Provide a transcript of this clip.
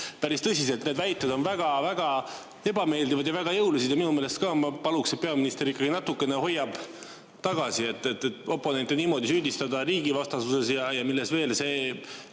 Päris tõsiselt. Need väited on väga-väga ebameeldivad ja väga jõulised. Ja minu meelest ka, ma paluksin, et peaminister ikkagi natukene hoiaks tagasi. Oponente niimoodi süüdistada riigivastasuses ja milles veel ei